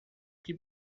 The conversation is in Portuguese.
que